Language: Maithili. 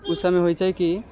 उस समय होइ छै कि